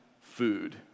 food